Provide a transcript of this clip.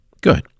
Good